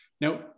Now